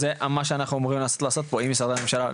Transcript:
וזה מה שאנחנו אמורים לעשות פה עם משרדי הממשלה,